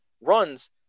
runs